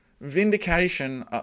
Vindication